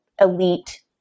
elite